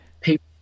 people